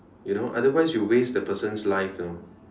you know otherwise you waste the person's life you know